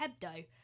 hebdo